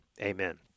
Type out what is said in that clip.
Amen